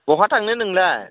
बहा थांनो नोंलाय